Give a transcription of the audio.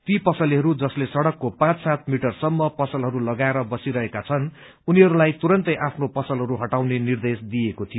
ती पसलेहरू जसले सड़कको पाँच सात मीटर सम्म पसलहरू लगाएर बसिरहेका छन् उनीहरूलाई तुरन्तै आफ्नो पसलहरू हटाउने निर्देश दिइएको थियो